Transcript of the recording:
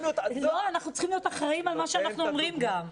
אנחנו צריכים להיות אחראיים על מה שאנחנו אומרים גם.